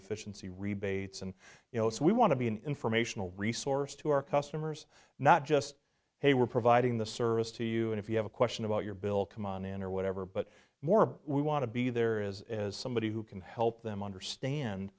efficiency rebates and you know so we want to be an informational resource to our customers not just hey we're providing the service to you and if you have a question about your bill come on in or whatever but more we want to be there is somebody who can help them understand